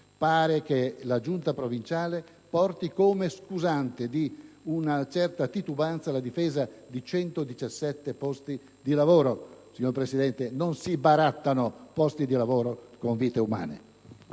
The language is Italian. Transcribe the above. Sembra che la Giunta provinciale adduca come scusante di una certa titubanza la difesa di 117 posti di lavoro. Signora Presidente, non si barattano posti di lavoro con vite umane!